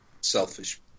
Selfish